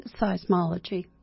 seismology